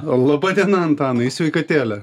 laba diena antanai į sveikatėlę